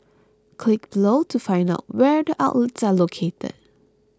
click below to find out where the outlets are located